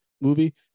movie